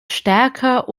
stärker